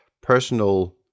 personal